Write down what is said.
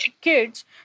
kids